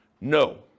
No